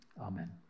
Amen